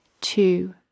two